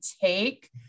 take